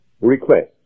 request